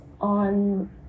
on